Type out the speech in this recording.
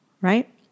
right